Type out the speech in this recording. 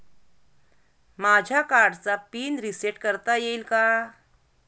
माझ्या कार्डचा PIN reset करता येईल का?